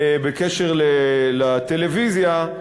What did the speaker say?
בקשר לטלוויזיה,